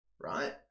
right